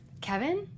Kevin